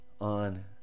on